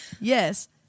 yes